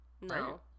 No